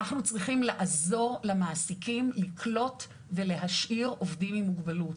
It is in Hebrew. אנחנו צריכים לעזור למעסיקים לקלוט ולהשאיר עובדים עם מוגבלות.